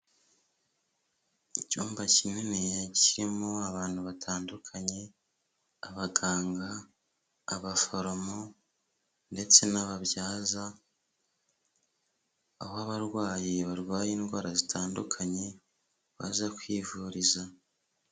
Icyumba kinini kirimo abantu batandukanye abaganga, abaforomo ndetse n'ababyaza, aho abarwayi barwaye indwara zitandukanye baza kwivuriza.